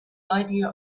idea